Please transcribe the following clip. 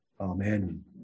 amen